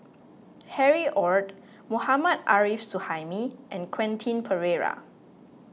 Harry Ord Mohammad Arif Suhaimi and Quentin Pereira